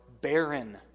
barren